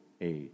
age